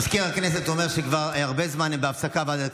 מזכיר הכנסת אומר שכבר הרבה זמן יש הפסקה בוועדת הכספים.